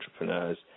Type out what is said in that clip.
entrepreneurs